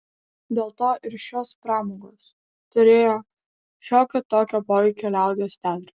dėl to ir šios pramogos turėjo šiokio tokio poveikio liaudies teatrui